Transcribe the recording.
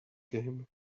game